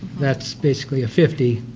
that's basically a fifty,